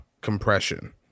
compression